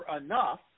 enough